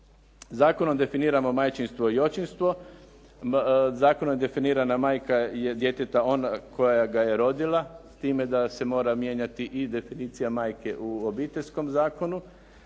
Zakonom definiramo majčinstvo i očinstvo. Zakonom je definirana majka djeteta je ona koja ga je rodila, s time da se mora mijenjati i definicija majke u Obiteljskom zakonu